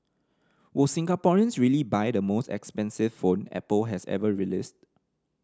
will Singaporeans really buy the most expensive phone Apple has ever released